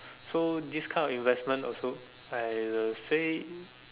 so these kind of investments also I will say